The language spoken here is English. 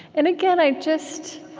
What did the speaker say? and again, i just